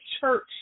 church